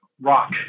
rock